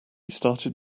started